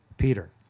peter,